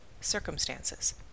circumstances